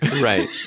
right